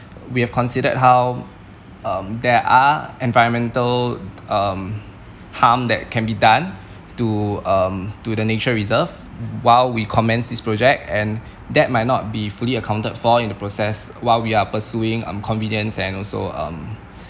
we have considered how um there are environmental um harm that can be done to um to the nature reserve while we commence this project and that might not be fully accounted for in the process while we are pursuing um convenience and also um